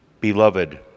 Beloved